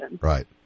Right